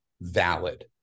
valid